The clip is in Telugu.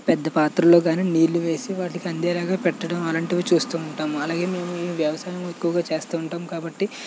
పెద్ద పాత్రలో కానీ నీళ్ళు వేసి వాటికి అందేలాగా పెట్టడం అలాంటివి చూస్తూ ఉంటాం అలాగే మేము ఈ వ్యవసాయం ఎక్కువగా చేస్తూ ఉంటాం కాబట్టీ